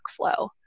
workflow